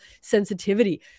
sensitivity